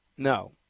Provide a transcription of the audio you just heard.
No